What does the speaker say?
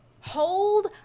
Hold